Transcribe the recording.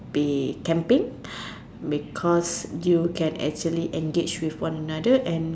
be camping because you can actually engage with one another and